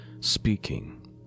speaking